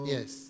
Yes